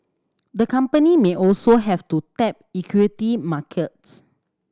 the company may also have to tap equity markets